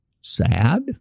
sad